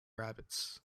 rabbits